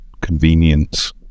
convenience